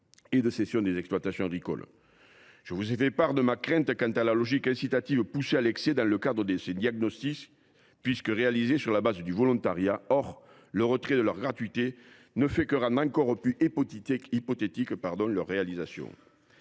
et de cession des exploitations agricoles. Je vous avais fait part de ma crainte quant à la logique incitative poussée à l’excès dans le cadre de ces diagnostics, puisqu’ils sont réalisés sur la base du volontariat ; or le retrait de leur gratuité ne fait que rendre encore plus hypothétique leur réalisation.